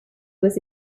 was